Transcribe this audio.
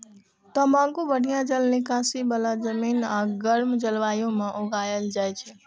तंबाकू बढ़िया जल निकासी बला जमीन आ गर्म जलवायु मे उगायल जाइ छै